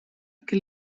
que